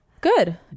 Good